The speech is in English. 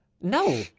No